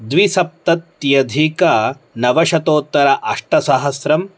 द्विसप्तत्यधिक नवशतोत्तर अष्टसहस्रम्